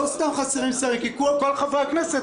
לא סתם חסרים חברי כנסת,